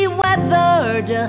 weathered